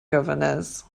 governors